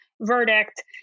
verdict